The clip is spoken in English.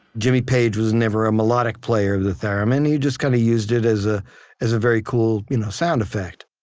jimmy page was never a melodic player of the theremin. he just kind of used it as ah as a very cool you know sound effect